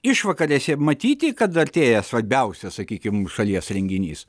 išvakarėse matyti kad artėja svarbiausias sakykim šalies renginys